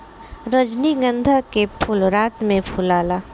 रजनीगंधा के फूल रात में फुलाला